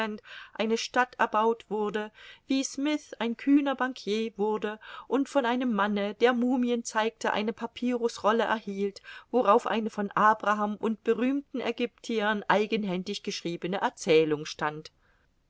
eine stadt erbaut wurde wie smyth ein kühner bankier wurde und von einem manne der mumien zeigte eine papyrusrolle erhielt worauf eine von abraham und berühmten aegyptiern eigenhändig geschriebene erzählung stand